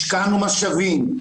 השקענו משאבים,